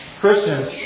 Christians